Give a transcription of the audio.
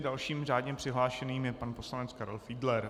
Dalším řádně přihlášeným je pan poslanec Karel Fiedler.